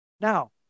Now